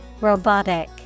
Robotic